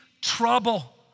trouble